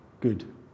good